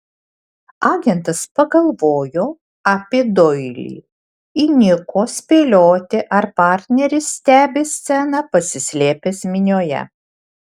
agentas pagalvojo apie doilį įniko spėlioti ar partneris stebi sceną pasislėpęs minioje